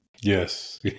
Yes